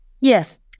Yes